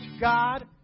God